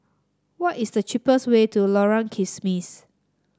what is the cheapest way to Lorong Kismis